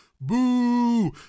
Boo